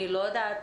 אני לא יודעת.